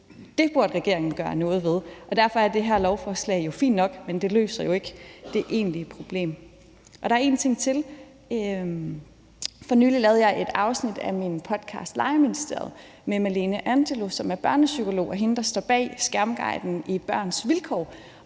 Det burde regeringen gøre noget ved. Det her lovforslag er fint nok, men det løser jo ikke det egentlig problem. Jeg vil sige en ting til, for for nylig lavede jeg et afsnit af min podcast Legeministeriet med Malene Angelo, som er børnepsykolog og hende, der står bag skærmguiden fra Børns Vilkår.